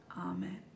Amen